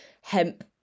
Hemp